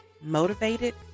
motivated